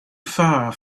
far